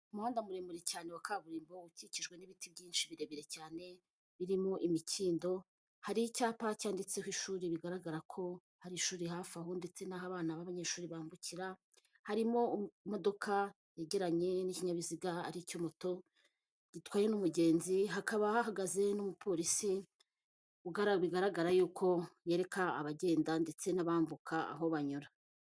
Umuhanda muremure cyane wa kaburimbo ukijwe n'ibiti byinshi birebire cyane birimo imikindo, hari icyapa cyanditseho ishuri bigaragara ko hari ishuri hafi aho ndetse n'abana b'abanyeshuri bambukira, harimo imodoka yegeranye n'ikinyabiziga aricyo moto gitwaye n'umugenzi hakaba hahagaze n'umupolisi ubigaragara y'uko yereka abagenda ndetse n'abambuka aho banyura.